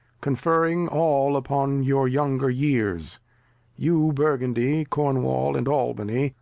conferring all upon your younger years you burgundy, cornwall and albany,